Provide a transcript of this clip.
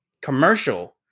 commercial